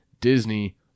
Disney